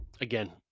again